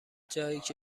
جاییکه